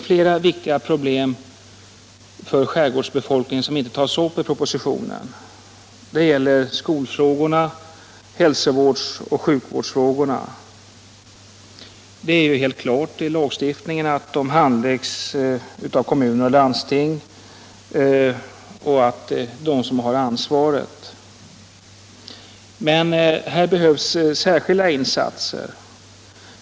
Flera viktiga problem för skärgårdsbefolkningen tas inte upp i propositionen. Det gäller bl.a. skolfrågorna, hälsovårdsoch sjukvårdsfrågorna. Det sägs ju helt klart i lagstiftningen att kommuner och landsting handlägger dessa frågor och har ansvaret för dem. Men här behövs särskilda insatser.